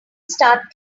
start